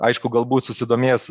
aišku galbūt susidomės